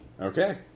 Okay